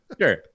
Sure